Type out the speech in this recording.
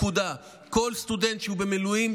כל סטודנט במילואים,